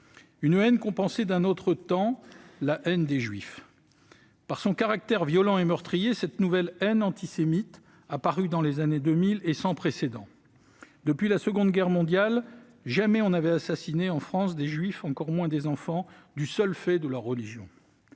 on la pensait d'un autre temps. Par son caractère violent et meurtrier, cette nouvelle haine antisémite, apparue dans les années 2000, est sans précédent. Depuis la Seconde Guerre mondiale, jamais en France on n'avait assassiné des juifs, encore moins des enfants, du seul fait de leur religion.